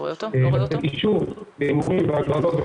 אולי נעבור בינתיים לגלעד ואז נחזור לאליק,